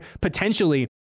potentially